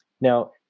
Now